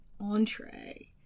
entree